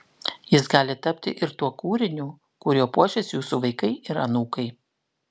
jis gali tapti ir tuo kūriniu kuriuo puošis jūsų vaikai ir anūkai